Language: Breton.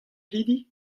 hiziv